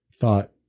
thought